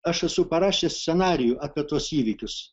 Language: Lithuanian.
aš esu parašęs scenarijų apie tuos įvykius